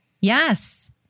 yes